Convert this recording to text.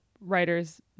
writer's